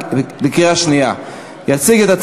אנחנו עוברים להצבעה על החוק הבא,